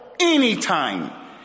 Anytime